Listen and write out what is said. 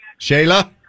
Shayla